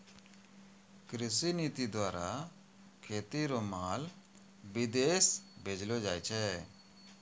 कृषि नीति द्वारा खेती रो माल विदेश भेजलो जाय छै